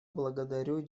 благодарю